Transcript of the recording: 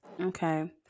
Okay